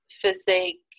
physique